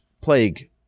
plague